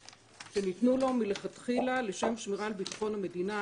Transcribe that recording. שניתנו לו מלכתחילה לשם שמירה על ביטחון המדינה,